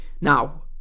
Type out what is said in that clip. Now